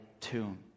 tune